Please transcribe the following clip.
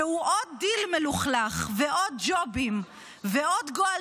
שהוא עוד דיל מלוכלך ועוד ג'ובים ועוד גועל